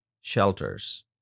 shelters